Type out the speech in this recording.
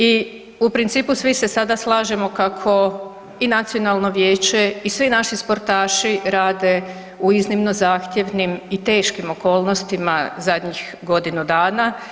I u principu svi se sada slažemo kako i Nacionalno vijeće i svi naši sportaši rade u iznimno zahtjevnim i teškim okolnostima zadnjih godinu dana.